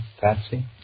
Patsy